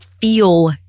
feel